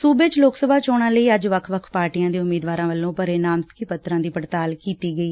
ਸੁਬੇ ਚ ਲੋਕ ਸਭਾ ਚੋਣਾਂ ਲਈ ਅੱਜ ਵੱਖ ਵੱਖ ਪਾਰਟੀਆਂ ਦੇ ਉਮੀਦਵਾਰਾਂ ਵੱਲੋਂ ਭਰੇ ਨਾਮਜ਼ਦਗੀਆਂ ਪੱਤਰਾਂ ਦੀ ਪੜਤਾਲ ਕੀਡੀ ਗਈ